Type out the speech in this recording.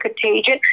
contagion